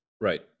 Right